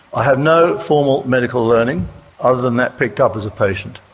i have no formal medical learning other than that picked up as a patient.